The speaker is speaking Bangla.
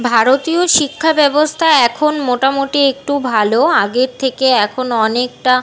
ভারতীয় শিক্ষা ব্যবস্থা এখন মোটামুটি একটু ভালো আগের থেকে এখন অনেকটা